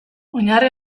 oinarri